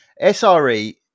SRE